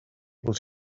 able